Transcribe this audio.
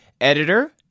editor